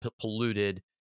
polluted